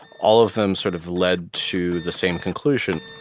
all of them sort of led to the same conclusion.